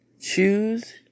Choose